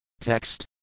Text